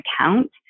account